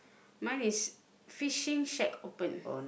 mine is fishing shack open